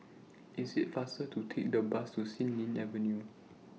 IT IS faster to Take The Bus to Xilin Avenue